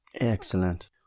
Excellent